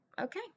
okay